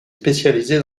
spécialisé